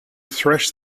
thresh